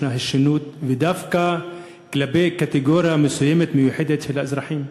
יש הישנות ודווקא כלפי קטגוריה מסוימת ומיוחדת של האזרחים.